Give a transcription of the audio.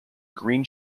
green